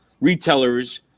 retailers